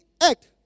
act